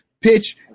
pitch